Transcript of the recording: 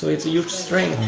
it's a huge strength.